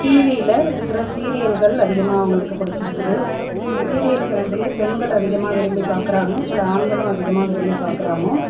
டிவியில் இருக்கிற சீரியல்கள் அதிகமாக அவர்களுக்கு பிடிச்சிருக்குது சீரியல்கள் வந்து பெண்கள் அதிகமாக விரும்பி பார்க்குறாங்க சில ஆண்களும் அதிகமாக விரும்பி பார்க்குறாங்க